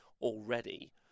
already